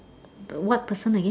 the what person again